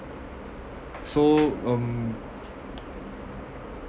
so um